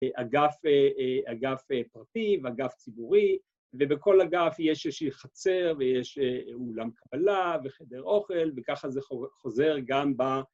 אגף פרטי ואגף ציבורי, ‫ובכל אגף יש איזושהי חצר ‫ויש אולם קבלה וחדר אוכל, ‫וככה זה חוזר גם ב...